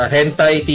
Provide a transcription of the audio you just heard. Hentai